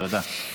תודה.